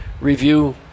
review